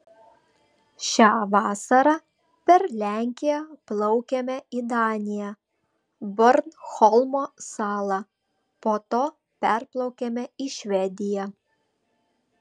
šią vasarą per lenkiją plaukėme į daniją bornholmo salą po to perplaukėme į švediją